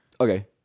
Okay